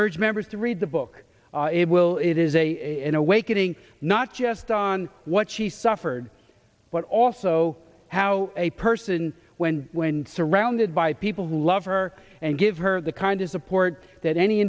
urge members to read the book it will it is a in awakening not just on what she suffered but also how a person when when surrounded by people who love her and give her the kind of support that any